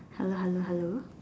hello hello hello